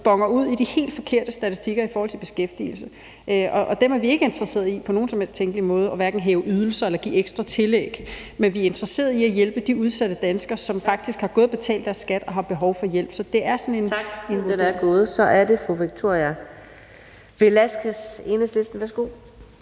boner ud i de helt forkerte statistikker i forhold til beskæftigelse. Dem er vi ikke på nogen som helst tænkelig måde interesseret i hverken at hæve ydelserne for eller give ekstra tillæg til, men vi er interesseret i at hjælpe de udsatte danskere, som faktisk har gået og betalt deres skat og har behov for hjælp. Kl. 21:15 Fjerde næstformand (Karina Adsbøl): Tak, tiden er gået. Så er det fru Victoria Velasquez, Enhedslisten. Værsgo.